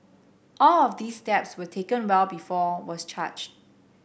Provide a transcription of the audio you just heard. all of these steps were taken well before was charged